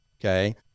okay